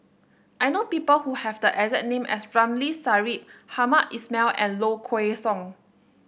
I know people who have the exact name as Ramli Sarip Hamed Ismail and Low Kway Song